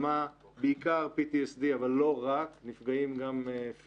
שמעה בעיקר PTSD, אבל לא רק, גם נפגעים פיזית.